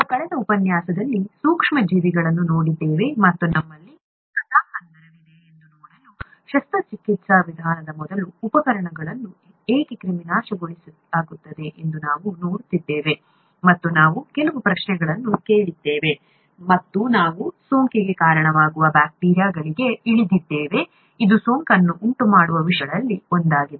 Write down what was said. ನಾವು ಕಳೆದ ಉಪನ್ಯಾಸದಲ್ಲಿ ಸೂಕ್ಷ್ಮ ಜೀವಿಗಳನ್ನು ನೋಡಿದ್ದೇವೆ ಮತ್ತು ನಮ್ಮಲ್ಲಿ ಕಥಾಹಂದರವಿದೆ ಎಂದು ನೋಡಲು ಶಸ್ತ್ರಚಿಕಿತ್ಸಾ ವಿಧಾನದ ಮೊದಲು ಉಪಕರಣಗಳನ್ನು ಏಕೆ ಕ್ರಿಮಿನಾಶಕಗೊಳಿಸಲಾಗುತ್ತದೆ ಎಂದು ನಾವು ನೋಡುತ್ತಿದ್ದೇವೆ ಮತ್ತು ನಾವು ಕೆಲವು ಪ್ರಶ್ನೆಗಳನ್ನು ಕೇಳಿದ್ದೇವೆ ಮತ್ತು ನಾವು ಸೋಂಕಿಗೆ ಕಾರಣವಾಗುವ ಬ್ಯಾಕ್ಟೀರಿಯಾಗಳಿಗೆ ಇಳಿದಿದ್ದೇವೆ ಇದು ಸೋಂಕನ್ನು ಉಂಟುಮಾಡುವ ವಿಷಯಗಳಲ್ಲಿ ಒಂದಾಗಿದೆ